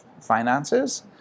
finances